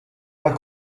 pas